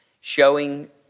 showing